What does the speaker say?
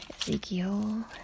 Ezekiel